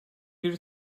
bir